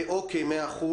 אין בעיה.